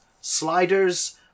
Sliders